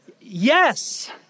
Yes